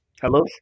Hello